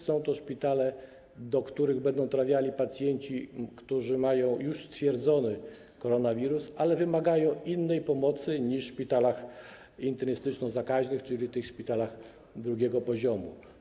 Są to szpitale, do których będą trafiali pacjenci, którzy mają już stwierdzonego koronawirusa, ale wymagają innej pomocy niż w szpitalach internistyczno-zakaźnych, czyli tych szpitalach drugiego poziomu.